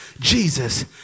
Jesus